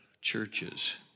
churches